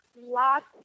lots